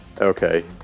Okay